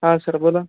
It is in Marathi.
हां सर बोला